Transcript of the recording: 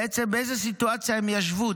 בעצם באיזו סיטואציה הם ישבו.